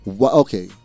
Okay